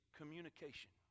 communication